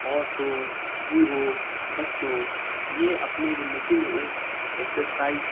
عورتوں بوڑھو بچوں یہ اپنے زندگی میں ایک ایکسرسائز